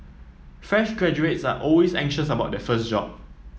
fresh graduates are always anxious about their first job